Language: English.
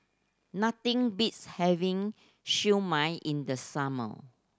nothing beats having Siew Mai in the summer